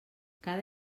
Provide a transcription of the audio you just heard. cada